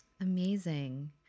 amazing